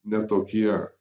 ne tokie